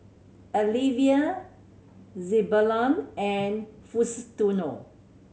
Alivia Zebulon and Faustino